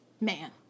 Man